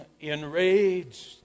enraged